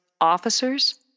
officers